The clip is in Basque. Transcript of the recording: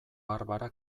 barbara